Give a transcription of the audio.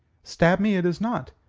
stab me, it is not.